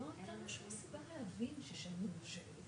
כשאתה בא ומדבר על שווי דירתו ביום קבלת היתר הבנייה,